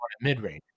mid-range